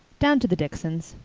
down to the dicksons.